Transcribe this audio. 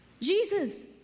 Jesus